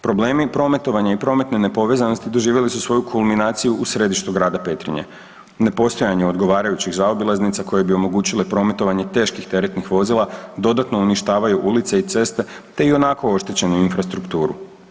Problemi prometovanja i prometne nepovezanosti doživjeli su svoju kulminaciju u središtu Grada Petrinje, ne postojanju odgovarajućih zaobilaznica koje bi omogućile prometovanje teških teretnih vozila dodatno uništavaju ulice i ceste te i onako oštećenu infrastrukturu.